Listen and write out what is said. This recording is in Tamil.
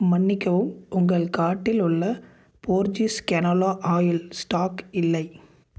மன்னிக்கவும் உங்கள் கார்ட்டில் உள்ள போர்ஜீஸ் கெனோலா ஆயில் ஸ்டாக் இல்லை